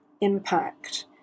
impact